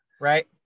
Right